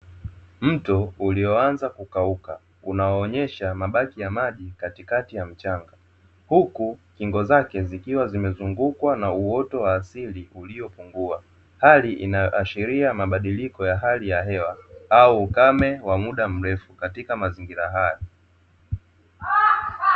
Mto ulioanza kukauka, unaoonyesha mabaki ya maji katikati ya mchanga. Huku kingo zake zikiwa zimezungukwa na uoto wa asili, uliopungua. Hali inayoashiria mabadiliko ya hali ya hewa au ukame wa muda mrefu katika mazingira hayo.